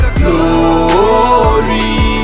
glory